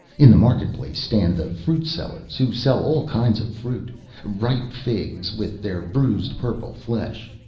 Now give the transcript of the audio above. in the market-place stand the fruitsellers, who sell all kinds of fruit ripe figs, with their bruised purple flesh,